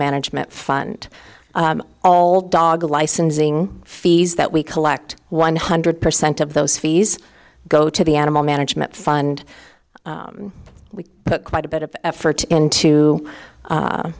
management fund all dog licensing fees that we collect one hundred percent of those fees go to the animal management fund we put quite a bit of effort